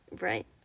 right